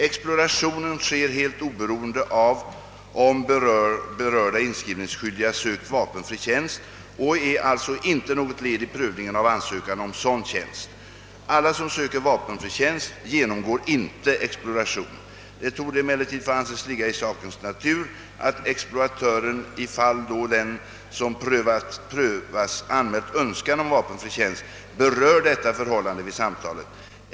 Explorationen sker helt oberoende av om berörda inskrivningsskyldiga sökt vapenfri tjänst och är alltså inte något led i prövningen av ansökan om sådan tjänst. Alla som söker vapenfri tjänst genomgår inte exploration. Det torde emellertid få anses ligga i sakens natur att exploratören, i fall då den som prövas anmält önskan om vapenfri tjänst, berör detta förhållande vid samtalet.